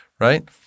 right